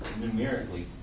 numerically